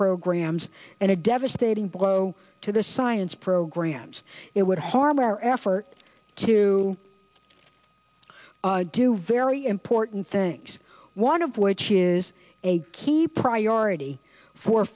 programs and a devastating blow to the science programs it would harm our effort to do very important things one of which is a key priority for